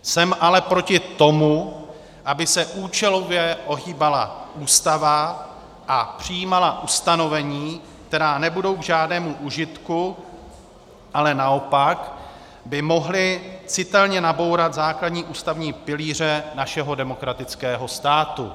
Jsem ale proti tomu, aby se účelově ohýbala Ústava a přijímala ustanovení, která nebudou k žádnému užitku, ale naopak by mohla citelně nabourat základní ústavní pilíře našeho demokratického státu.